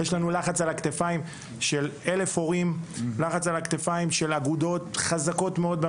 יש לנו לחץ על הכתפיים מצד הרבה הורים ומצד אגודות ספורט חזקות.